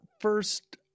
first